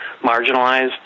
marginalized